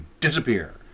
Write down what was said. disappear